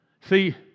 See